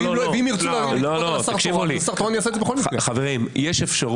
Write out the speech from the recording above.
ואם ירצו שר תורן, השר התורן יעשה את זה בכל מקרה.